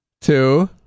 two